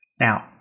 Now